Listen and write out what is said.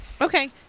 Okay